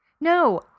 No